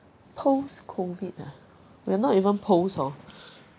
post COVID ah we're not even post hor